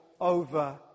over